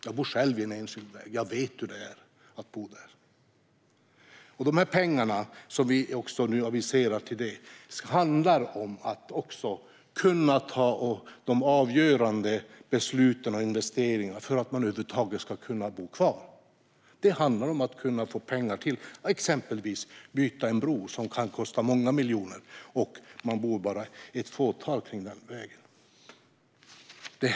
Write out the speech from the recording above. Jag bor själv vid en enskild väg och vet hur det är att bo där. De pengar som vi nu aviserar ska bland annat vara till för att man ska kunna ta de avgörande besluten om investeringar för att över huvud taget kunna bo kvar. Det kan handla om pengar till att exempelvis byta en bro, som kan kosta många miljoner, även när det bara är ett fåtal personer som bor vid den vägen.